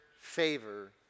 favor